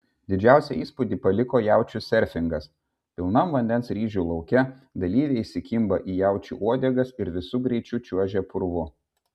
didžiausią įspūdį paliko jaučių serfingas pilnam vandens ryžių lauke dalyviai įsikimba į jaučių uodegas ir visu greičiu čiuožia purvu